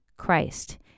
Christ